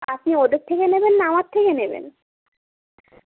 আপনি ওদের থেকে নেবেন না আমার থেকে নেবেন